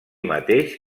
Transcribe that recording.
mateix